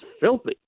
filthy